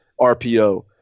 RPO